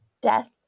death